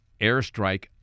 airstrike